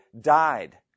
died